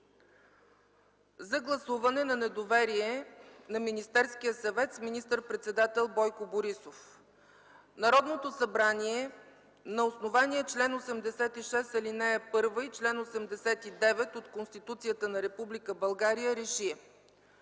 за гласуване на недоверие на Министерския съвет с министър-председател Бойко Борисов: „Народното събрание на основание чл. 86, ал. 1 и чл. 89 от Конституцията на Република България РЕШИ: